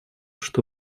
что